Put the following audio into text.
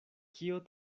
kio